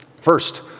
first